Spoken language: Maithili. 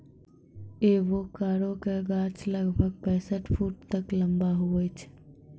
एवोकाडो के गाछ लगभग पैंसठ फुट तक लंबा हुवै छै